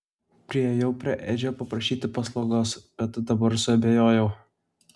priėjau prie edžio paprašyti paslaugos bet dabar suabejojau